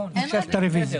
אני מושך את הרוויזיה.